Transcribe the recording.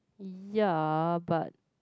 ya but